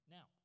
Now